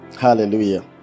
Hallelujah